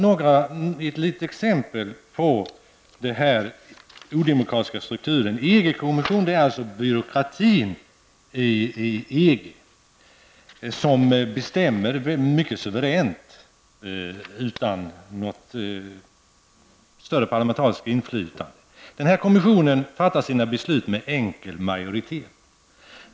Låt mig ta upp ett exempel på den odemokratiska strukturen. EG-kommissionen representerar alltså byråkratin i EG, och den bestämmer mycket suveränt utan något större parlamentariskt inflytande. Denna kommission fattar sina beslut med enkel majoritet.